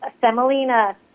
semolina